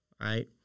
right